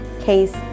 case